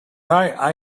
i—i